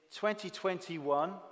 2021